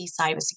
cybersecurity